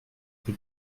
peu